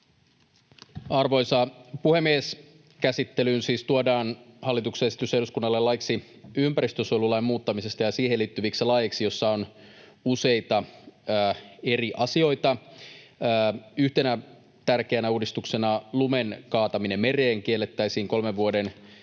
Arvoisa puhemies! Käsittelyyn siis tuodaan hallituksen esitys eduskunnalle laiksi ympäristönsuojelulain muuttamisesta ja siihen liittyviksi laeiksi. Siinä on useita eri asioita. Yhtenä tärkeänä uudistuksena lumen kaataminen mereen kiellettäisiin kolmen vuoden